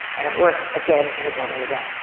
and it worked again and again and again.